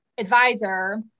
Advisor